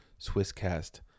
SwissCast